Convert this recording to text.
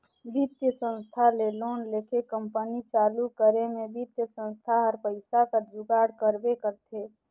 बित्तीय संस्था ले लोन लेके कंपनी चालू करे में बित्तीय संस्था हर पइसा कर जुगाड़ करबे करथे